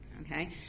okay